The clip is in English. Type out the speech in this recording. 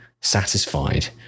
satisfied